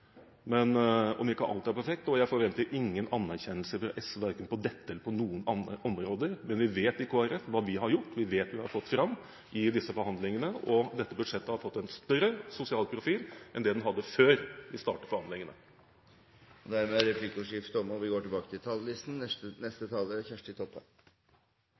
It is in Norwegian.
Men om ikke alt er perfekt – og jeg forventer ingen anerkjennelse fra SV verken på dette eller på noen andre områder – så vet vi i Kristelig Folkeparti hva vi har gjort, vi vet hva vi har fått til i disse forhandlingene, og dette budsjettet har fått en større sosial profil enn det hadde før vi startet forhandlingene. Replikkordskiftet er dermed omme. Barne- og familiepolitikken til Senterpartiet skal bidra til å jamna ut sosiale helseforskjellar og sikra alle barn rett til